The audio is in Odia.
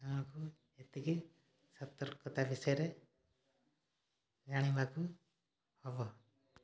ଆମକୁ ଏତିକି ସତର୍କତା ବିଷୟରେ ଜାଣିବାକୁ ହେବ